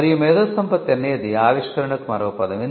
మరియు మేధోసంపత్తి అనేది ఆవిష్కరణకు మరో పదం